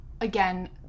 again